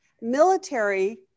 military